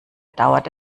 dauert